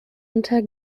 unter